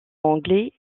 anglais